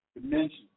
dimension